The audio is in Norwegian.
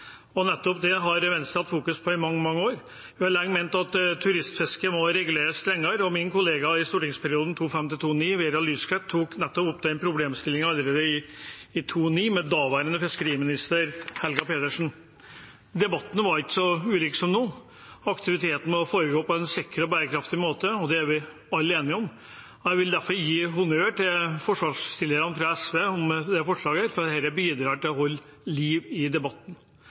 Nettopp det har Venstre fokusert på i mange, mange år. Vi har lenge ment at turistfisket må reguleres strengere, og min kollega i stortingsperioden 2005–2009, Vera Lysklætt, tok nettopp opp den problemstillingen allerede i 2009 med daværende fiskeriminister Helga Pedersen. Debatten var ikke så ulik den vi har nå. Aktiviteten må foregå på en sikker og bærekraftig måte, og det er vi alle enige om. Jeg vil derfor gi honnør til forslagsstillerne fra SV for dette forslaget, for det bidrar til å holde liv i debatten.